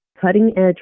cutting-edge